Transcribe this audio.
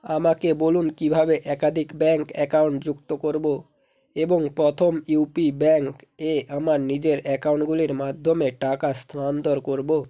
আমাকে বলুন কীভাবে একাধিক ব্যাঙ্ক অ্যাকাউন্ট যুক্ত করবো এবং প্রথম ইউপি ব্যাঙ্ক এ আমার নিজের অ্যাকাউন্টগুলির মাধ্যমে টাকা স্থানান্তর করবো